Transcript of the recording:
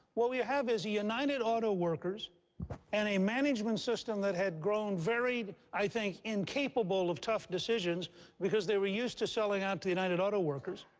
what we have is the united auto workers and a management system that had grown very, i think incapable of tough decisions because they were used to selling out to the united auto workers.